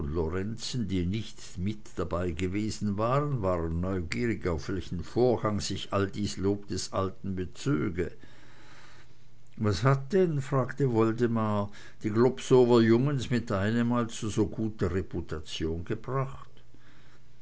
lorenzen die nicht mit dabeigewesen waren waren neugierig auf welchen vorgang sich all dies lob des alten bezöge was hat denn fragte woldemar die globsower jungens mit einem mal zu so guter reputation gebracht